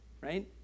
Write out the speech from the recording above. right